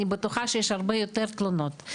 אני בטוחה שיש הרבה יותר תלונות.